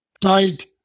tied